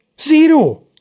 Zero